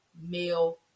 male